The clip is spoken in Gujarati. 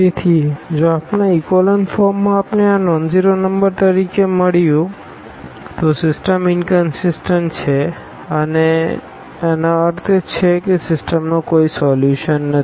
તેથી જો આપણા ઇકોલન ફોર્મમાં આપણે આ નોનઝીરો નંબર તરીકે મળ્યું તો સિસ્ટમ ઇનકનસીસટન્ટ છે અને અર્થ એ કે સિસ્ટમનો કોઈ સોલ્યુશનનથી